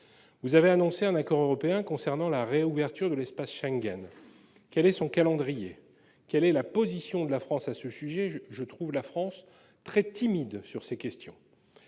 Vous avez annoncé un accord européen relatif à la réouverture de l'espace Schengen. Quel est son calendrier et quelle est la position de la France à ce sujet ? Je trouve celle-ci très timide sur ces questions.